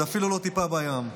זה אפילו לא טיפה בים.